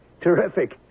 Terrific